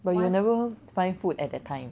but you'll never find food at that time